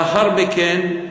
לאחר מכן,